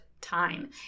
Time